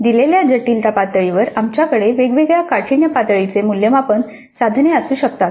दिलेल्या जटिलता पातळीवर आमच्याकडे वेगवेगळ्या काठिण्य पातळीचे मूल्यमापन साधने असू शकतात